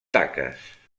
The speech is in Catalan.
taques